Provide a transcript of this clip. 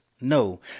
No